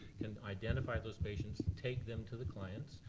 can identify those patients, take them to the clients,